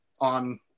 on